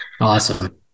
Awesome